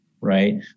right